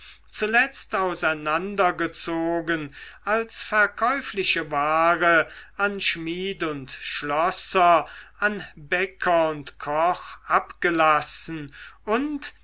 zuletzt auseinandergezogen als verkäufliche ware an schmied und schlosser an bäcker und koch abgelassen und